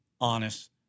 honest